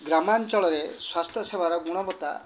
ଗ୍ରାମାଞ୍ଚଳରେ ସ୍ୱାସ୍ଥ୍ୟସେବାର ଗୁଣବତ୍ତା